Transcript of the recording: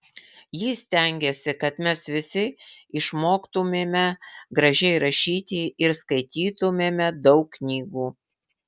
ji stengėsi kad mes visi išmoktumėme gražiai rašyti ir skaitytumėme daug knygų